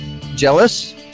jealous